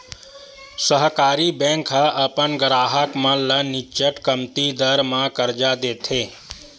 सहकारी बेंक ह अपन गराहक मन ल निच्चट कमती दर म करजा देथे